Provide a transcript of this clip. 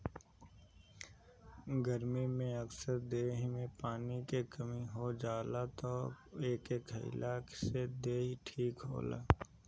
गरमी में अक्सर देहि में पानी के कमी हो जाला तअ एके खाए से देहि ठीक रहेला